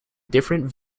different